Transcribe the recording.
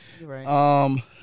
Right